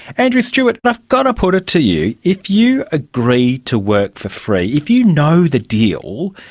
andrew stewart, i've got to put it to you, if you agree to work for free, if you know the deal,